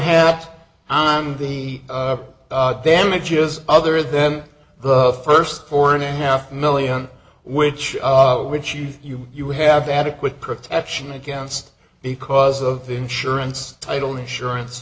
hat on the damages other then the first four and a half million which which you you you have adequate protection against because of the insurance title insurance